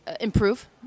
improve